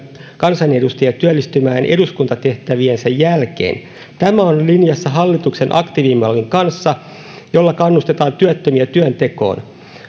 kansanedustajia työllistymään eduskuntatehtäviensä jälkeen tämä on linjassa hallituksen aktiivimallin kanssa jolla kannustetaan työttömiä työntekoon